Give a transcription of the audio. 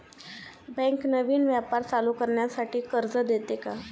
Bank नवीन व्यापार चालू करण्यासाठी कर्ज देते का?